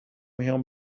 him